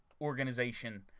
organization